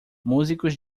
músicos